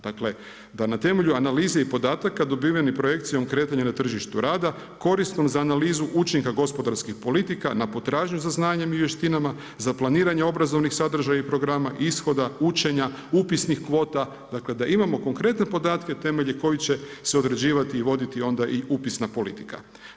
Dakle, da na temelju analize i podataka dobiveni projekcijom kretanja na tržištu rada, korisnom za analizu učinka gospodarskih politika na potražnju za znanjem i vještinama, za planiranje obrazovnih sadržaja i programa, ishoda, učenja, upisnih kvota, dakle da imamo konkretne podatke, temelje koji će se određivati i voditi onda i upisna politika.